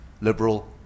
Liberal